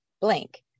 blank